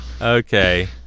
Okay